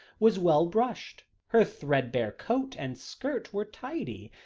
was well brushed her threadbare coat and skirt were tidy,